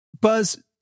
Buzz